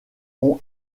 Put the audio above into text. ont